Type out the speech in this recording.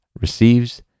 receives